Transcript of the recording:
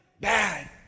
bad